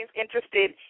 interested